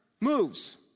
moves